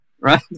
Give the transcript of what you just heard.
right